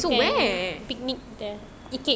okay so we can picnic there